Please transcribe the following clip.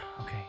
Okay